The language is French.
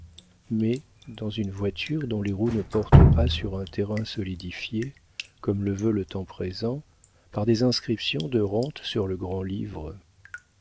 mais dans une voiture dont les roues ne portent pas sur un terrain solidifié comme le veut le temps présent par des inscriptions de rente sur le grand-livre